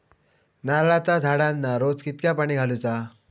नारळाचा झाडांना रोज कितक्या पाणी घालुचा?